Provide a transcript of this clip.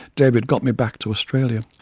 david got me back to australia.